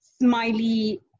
smiley